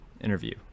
interview